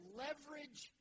leverage